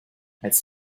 als